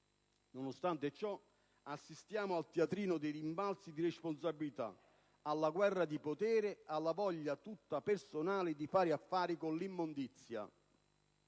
Nonostante ciò, si assiste al teatrino dei rimbalzi di responsabilità, alla guerra di potere e alla voglia tutta personale di fare affari con l'immondizia.